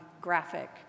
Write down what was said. graphic